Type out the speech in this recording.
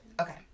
okay